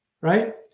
right